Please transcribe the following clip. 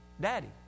Daddy